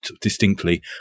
distinctly